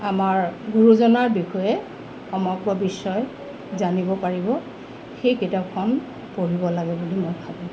আমাৰ গুৰুজনাৰ বিষয়ে সমগ্ৰ বিশ্বই জানিব পাৰিব সেই কিতাপখন পঢ়িব লাগে বুলি মই ভাবোঁ